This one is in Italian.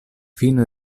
fine